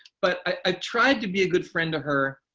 but i tried to be a good friend to her